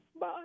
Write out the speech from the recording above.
Bye